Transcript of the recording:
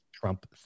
trump